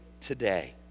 today